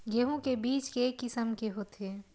गेहूं के बीज के किसम के होथे?